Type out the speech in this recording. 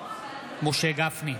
משה גפני,